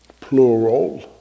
plural